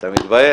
בוא נמשיך.